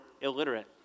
illiterate